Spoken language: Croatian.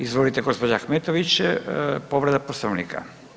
Izvolite gospođa Ahmetović povreda Poslovnika.